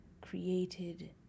created